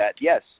yes